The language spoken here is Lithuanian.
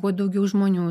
kuo daugiau žmonių